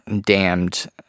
damned